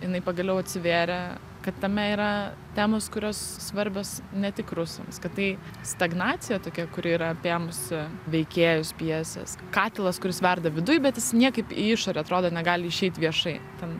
jinai pagaliau atsivėrė kad tame yra temos kurios svarbios ne tik rusams kad tai stagnacija tokia kuri yra apėmusi veikėjus pjesės katilas kuris verda viduj bet jis niekaip į išorę atrodo negali išeit viešai ten